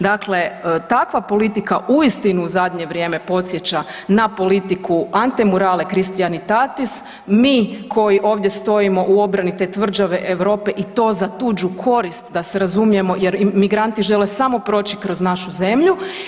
Dakle, takva politika uistinu u zadnje vrijeme podsjeća na politiku ante murales cristianitatis, mi koji ovdje stojimo u obrani te tvrđave Europe i to za tuđu korist da se razumijemo jer migranti žele samo proći kroz našu zemlju.